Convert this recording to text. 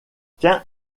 tiens